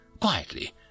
quietly